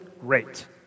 Great